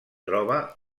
troba